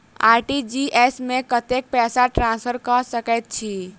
RTGS मे कतेक पैसा ट्रान्सफर कऽ सकैत छी?